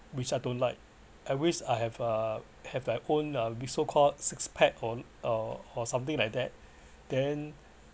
which I don't like I wish I have uh have like own so called six pack or or or something like that then